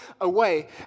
away